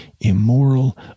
immoral